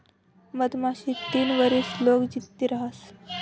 मधमाशी तीन वरीस लोग जित्ती रहास